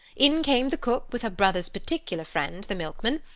in came the cook, with her brother's particular friend, the milkman.